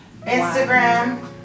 instagram